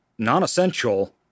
non-essential